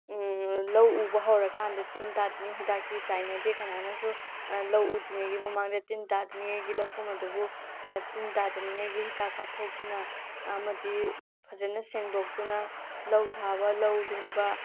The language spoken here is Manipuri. ꯂꯧ ꯎꯕ ꯍꯧꯔꯀꯥꯟꯗ ꯇꯤꯟ ꯇꯥꯗꯅꯤꯡꯉꯥꯏ ꯍꯤꯗꯥꯛꯇꯤ ꯆꯥꯏꯅꯗꯦ ꯀꯅꯥꯅꯁꯨ ꯂꯧ ꯎꯗ꯭ꯔꯤꯉꯩꯒꯤ ꯃꯃꯥꯡꯗ ꯇꯤꯟ ꯇꯥꯗ꯭ꯔꯤꯉꯩꯒꯤ ꯂꯧꯐꯝ ꯑꯗꯨꯕꯨ ꯇꯤꯟ ꯇꯥꯗꯅꯤꯉꯥꯏꯒꯤ ꯍꯤꯗꯥꯛ ꯀꯥꯞꯊꯣꯛꯇꯨꯅ ꯑꯃꯗꯤ ꯐꯖꯅ ꯁꯦꯡꯗꯣꯛꯇꯨꯅ ꯂꯧ ꯊꯥꯕ ꯂꯧ ꯂꯤꯡꯕ